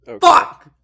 Fuck